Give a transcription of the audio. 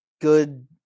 good